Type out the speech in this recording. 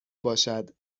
باشد